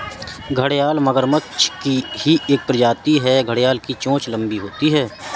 घड़ियाल मगरमच्छ की ही एक प्रजाति है घड़ियाल की चोंच लंबी होती है